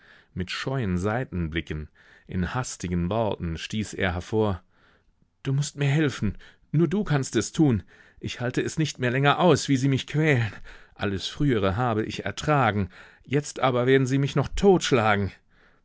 mit scheuen seitenblicken in hastigen worten stieß er hervor du mußt mir helfen nur du kannst es tun ich halte es nicht mehr länger aus wie sie mich quälen alles frühere habe ich ertragen jetzt aber werden sie mich noch totschlagen